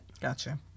Gotcha